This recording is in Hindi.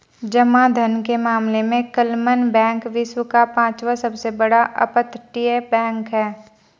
जमा धन के मामले में क्लमन बैंक विश्व का पांचवा सबसे बड़ा अपतटीय बैंक है